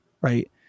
right